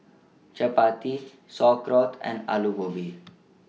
Chapati Sauerkraut and Alu Gobi